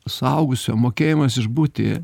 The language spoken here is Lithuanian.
suaugusio mokėjimas išbūti